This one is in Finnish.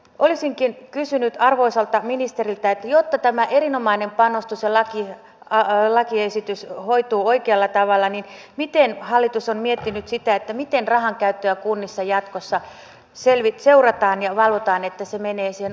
olisinkin kysynyt arvoisalta ministeriltä että jotta tämä erinomainen panostus ja lakiesitys hoituu oikealla tavalla niin miten hallitus on miettinyt sitä miten rahankäyttöä kunnissa jatkossa seurataan ja valvotaan että se menee sen